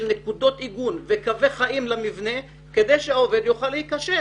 נקודות עיגון וקווי חיים למבנה כדי שהעובד יוכל להיקשר.